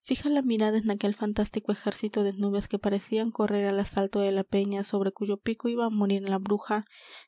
fija la mirada en aquel fantástico ejército de nubes que parecían correr al asalto de la peña sobre cuyo pico iba á morir la bruja